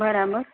બરાબર